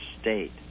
state